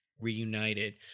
reunited